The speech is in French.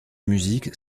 musique